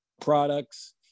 products